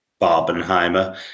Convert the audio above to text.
Barbenheimer